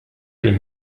prim